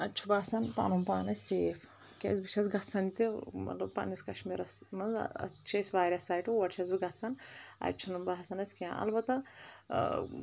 اتہِ چھُ باسن پنُن پان اسہِ سیف کیٛاز بہٕ چھس گژھان تہِ مطلب پننس کشمیٖرس منٛز اتہِ چھِ اسہِ واریاہ سایٹہٕ اور چھس بہٕ گژھان اتہِ چھُنہٕ باسان اسہِ کینٛہہ البتہ